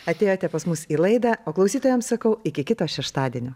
atėjote pas mus į laidą o klausytojams sakau iki kito šeštadienio